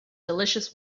delicious